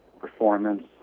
performance